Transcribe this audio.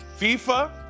FIFA